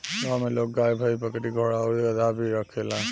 गांव में लोग गाय, भइस, बकरी, घोड़ा आउर गदहा भी रखेला